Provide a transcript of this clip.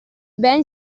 ben